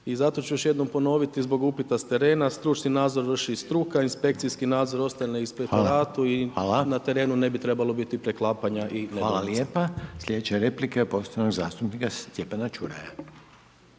I zato ću još jednom ponoviti, zbog upita s terena, stručni nadzor vrši struka, inspekcijski nadzor ostaje na inspektoratu i na terenu ne bi trebalo biti preklapanja …/Govornik se ne razumije./.. **Reiner, Željko (HDZ)** Hvala lijepa. Sljedeća replika je poštovanog zastupnika Stjepana Čuraja.